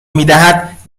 میدهد